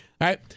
Right